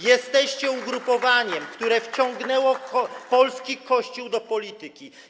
Jesteście ugrupowaniem, które wciągnęło polski Kościół do polityki.